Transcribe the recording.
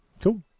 cool